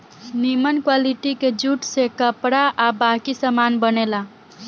निमन क्वालिटी के जूट से कपड़ा आ बाकी सामान बनेला